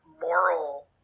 moral